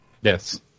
Yes